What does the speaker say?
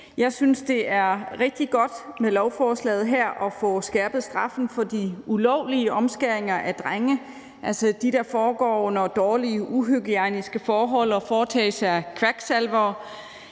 Jeg synes, det er rigtig godt med lovforslaget her at få skærpet straffen for de ulovlige omskæringer af drenge, altså dem, der foregår under dårlige, uhygiejniske forhold og foretages af kvaksalvere.